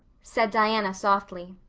said diana softly.